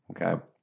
Okay